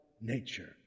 nature